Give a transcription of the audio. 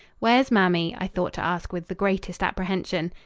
where's mamie? i thought to ask with the greatest apprehension.